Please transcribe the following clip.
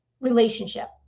relationship